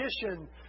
tradition